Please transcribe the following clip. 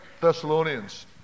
Thessalonians